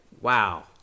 Wow